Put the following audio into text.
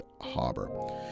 Harbor